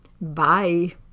Bye